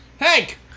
Hank